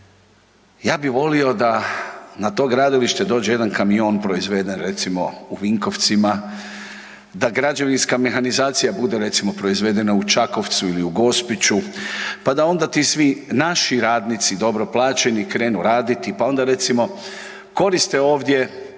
ja bih volio da na to gradilište dođe jedan kamion proizveden recimo u Vinkovcima, da građevinska mehanizacija bude recimo proizvedena u Čakovcu ili u Gospiću, pa da onda ti svi naši radnici dobro plaćeni krenu raditi. Pa onda recimo koriste ovdje